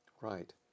right